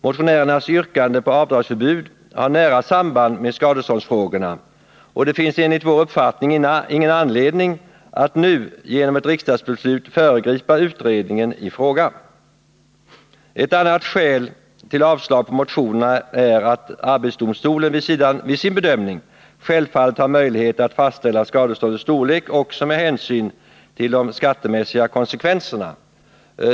Motionärernas yrkande på avdragsförbud har nära samband med skadeståndsfrågorna, och det finns enligt vår uppfattning ingen anledning att nu genom ett riksdagsbeslut föregripa utredningen i fråga. Ett annat skäl för avslag på motionerna är att arbetsdomstolen vid sin bedömning självfallet har möjlighet att fastställa skadeståndets storlek också med hänsyn till de skattemässiga konsekvenserna.